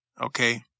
Okay